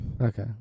Okay